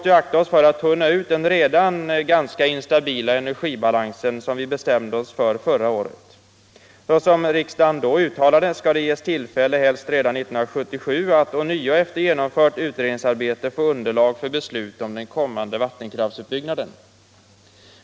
Vi måste akta oss för att tunna ut den redan ganska instabila energibalans som vi bestämde oss för förra året. Såsom riksdagen uttalade 1975 skall det ges tillfälle helst redan 1977 att ånyo efter genomfört utredningsarbete få underlag för beslut om den kommande vattenkraftsutbyggnaden.